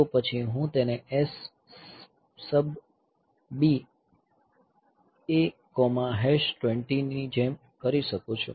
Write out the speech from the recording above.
તો પછી હું તેને SUBB A20 H ની જેમ કરી શકું છું